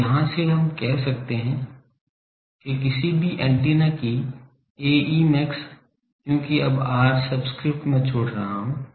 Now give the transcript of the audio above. तो यहां से हम कह सकते हैं कि किसी भी एंटीना की Ae max क्योंकि अब r सबस्क्रिप्ट मैं छोड़ रहा हूं